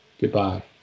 Goodbye